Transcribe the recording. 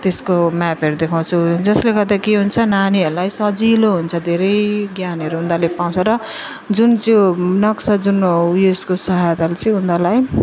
त्यसको म्यापहरू देखाउँछु जसले गर्दा के हुन्छ नानीहरूलाई सजिलो हुन्छ धेरै ज्ञानहरू उनीहरूले पाउँछ र जुन चाहिँ नक्सा जुन उसको सहायताले चाहिँ उनीहरूलाई